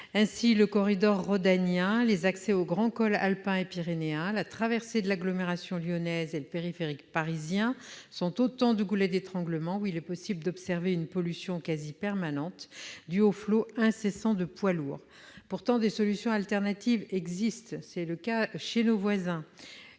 Ainsi, le corridor rhodanien, les accès aux grands cols alpins et pyrénéens, la traversée de l'agglomération lyonnaise et le périphérique parisien sont autant de goulets d'étranglement où s'observe une pollution quasi permanente due au flot incessant de poids lourds. Pourtant, des solutions alternatives existent. Inspirons-nous de nos voisins